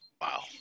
Wow